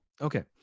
Okay